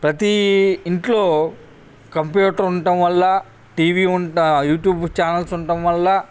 ప్రతీ ఇంట్లో కంప్యూటర్ ఉండడం వల్ల టీ వీ యూట్యూబ్ ఛానల్స్ ఉండడం వల్ల